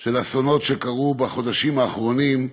של אסונות שקרו בחודשים האחרונים,